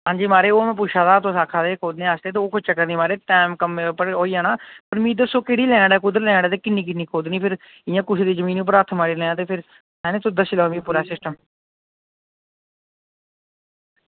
आं जी म्हाराज हून पुच्छा दा तुस आक्खा दे हे ओह् कोई चक्कर निं म्हाराज टैम कम्में उप्पर होई जाना मिगी दस्सो केह्ड़ी लैन ऐ कोह्की लेनी ऐ मिगी सिर्फ दस्सो इंया कुसै दी चीज़ पर हत्थ मारी लैं ते फिर ऐ नी तुस मिगी दस्सी लैओ पूरा सिस्टम